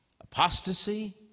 apostasy